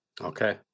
Okay